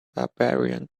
barbarian